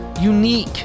Unique